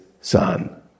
son